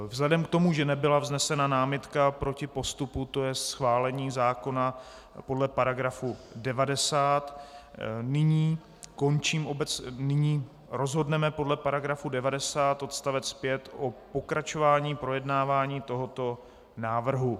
Vzhledem k tomu, že nebyla vznesena námitka proti postupu, to je schválení zákona podle § 90, nyní rozhodneme podle § 90 odst. 5 o pokračování projednávání tohoto návrhu.